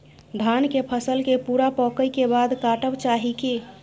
धान के फसल के पूरा पकै के बाद काटब चाही की?